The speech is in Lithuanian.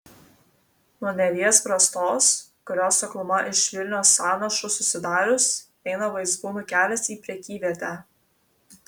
nuo neries brastos kurios sekluma iš vilnios sąnašų susidarius eina vaizbūnų kelias į prekyvietę